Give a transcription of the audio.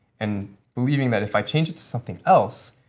and believing that if i change it to something else,